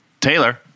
taylor